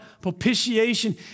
propitiation